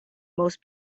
most